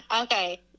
Okay